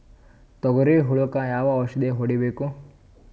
ತೊಗರಿ ಹುಳಕ ಯಾವ ಔಷಧಿ ಹೋಡಿಬೇಕು?